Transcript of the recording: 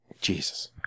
Jesus